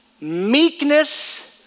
Meekness